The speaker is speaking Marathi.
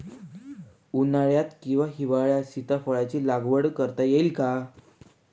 उन्हाळ्यात किंवा हिवाळ्यात सीताफळाच्या लागवड करता येईल का?